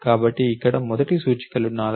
కాబట్టి ఇక్కడ మొదటి సూచిక 4